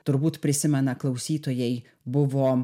turbūt prisimena klausytojai buvo